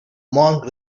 monk